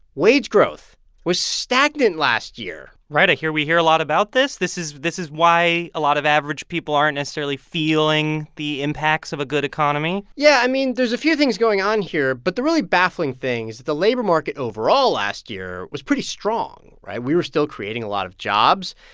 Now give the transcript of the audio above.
wage growth was stagnant last year right. i hear we hear a lot about this. this is this is why a lot of average people aren't necessarily feeling the impacts of a good economy yeah. i mean, there's a few things going on here, but the really baffling thing is that the labor market overall last year was pretty strong, right? we were still creating a lot of jobs.